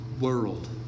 world